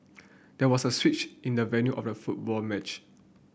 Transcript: there was a switch in the venue of the football match